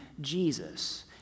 Jesus